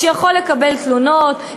שיכול לקבל תלונות,